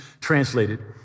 translated